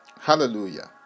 Hallelujah